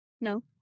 no